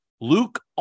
Luke